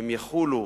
הן יחולו